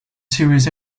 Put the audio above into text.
series